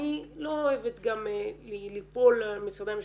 אני לא אוהבת ליפול על משרדי הממשלה,